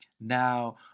Now